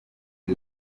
ryo